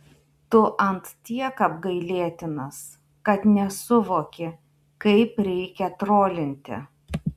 tu ant tiek apgailėtinas kad nesuvoki kaip reikia trolinti